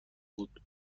بود